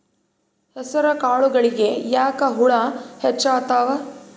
ಹೆಸರ ಕಾಳುಗಳಿಗಿ ಯಾಕ ಹುಳ ಹೆಚ್ಚಾತವ?